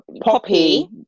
Poppy